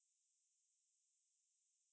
shaker fries no no not yet